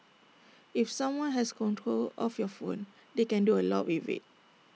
if someone has control of your phone they can do A lot with IT